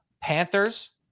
Panthers